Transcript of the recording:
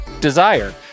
Desire